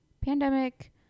Pandemic